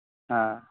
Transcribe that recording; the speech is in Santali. ᱦᱮᱸ